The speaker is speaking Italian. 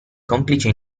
complice